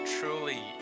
truly